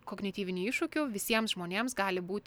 kognityvinių iššūkių visiems žmonėms gali būti